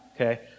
okay